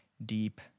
deep